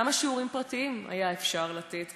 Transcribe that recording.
כמה שיעורים פרטיים היה אפשר לתת?